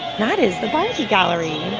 that is the barbie gallery